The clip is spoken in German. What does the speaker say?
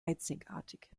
einzigartig